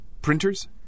Printers